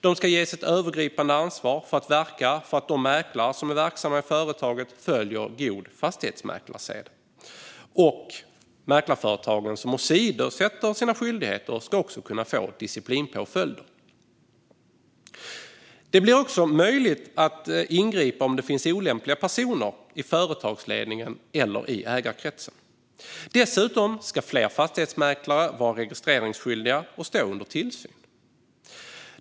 De ska ges ett övergripande ansvar att verka för att de mäklare som är verksamma i företaget följer god fastighetsmäklarsed. Ett mäklarföretag som åsidosätter sina skyldigheter ska kunna ges en disciplinpåföljd. Det blir även möjligt att ingripa om det finns olämpliga personer i företagsledningen eller ägarkretsen. Dessutom ska fler fastighetsmäklare vara registreringsskyldiga och stå under tillsyn.